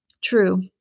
True